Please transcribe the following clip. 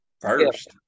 First